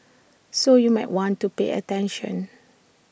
so you might want to pay attention